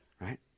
right